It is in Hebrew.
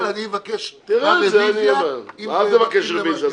אבל אבקש רביזיה אם --- אל תבקש רביזיה,